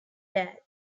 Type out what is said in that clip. dad